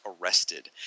arrested